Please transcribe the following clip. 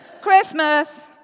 Christmas